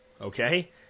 okay